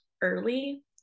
early